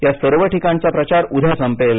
या सर्व ठिकाणचा प्रचार उद्या संपेल